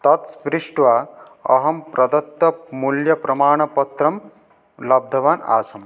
तत्स्पृष्ट्वा अहं प्रदत्तमूल्यप्रमाणपत्रं लब्धवान् आसम्